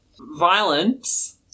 Violence